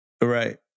Right